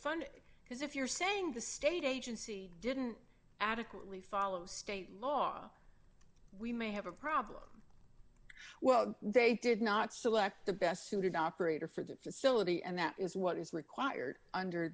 fund because if you're saying the state agency didn't adequately follow state law we may have a problem well they did not select the best suited operator for that facility and that is what is required under